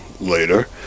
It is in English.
later